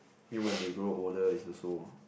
then when they grow older is also